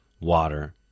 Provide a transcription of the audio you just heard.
water